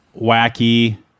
wacky